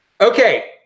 Okay